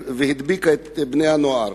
והיא הדביקה את בני הנוער.